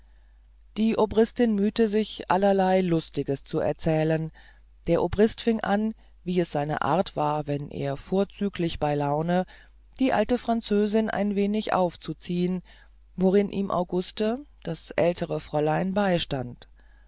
die obristin mühte sich allerlei lustiges zu erzählen der obrist fing an wie es seine art war wenn er vorzüglich bei laune die alte französin ein wenig aufzuziehen worin ihm auguste das ältere fräulein beistand